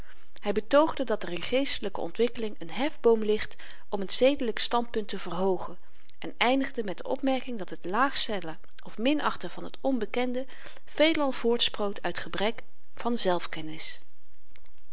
hy betoogde dat er in geestelyke ontwikkeling n hefboom ligt om t zedelyk standpunt te verhoogen en eindigde met de opmerking dat het laagstellen of minachten van t onbekende veelal voortsproot uit gebrek van zelfkennis